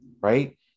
right